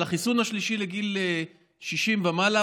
על החיסון השלישי לגיל 60 ומעלה,